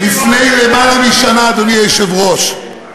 לפני למעלה משנה, אדוני היושב-ראש,